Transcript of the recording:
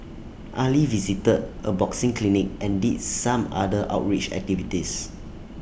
Ali visited A boxing clinic and did some other outreach activities